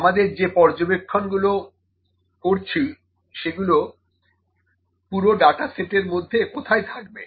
আমাদের যে পর্য্যবেক্ষণ গুলো করছি সেগুলো পুরো ডাটা সেটের মধ্যে কোথায় থাকবে